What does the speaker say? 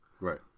Right